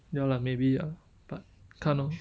ya lah maybe ah but 看 orh